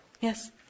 Yes